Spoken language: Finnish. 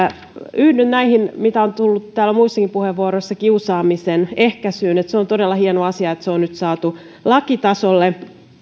yhdyn näihin mitä on tullut täällä muissakin puheenvuoroissa kiusaamisen ehkäisystä että se on todella hieno asia että se on nyt saatu lakitasolle